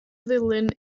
ddulyn